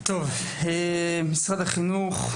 משרד החינוך,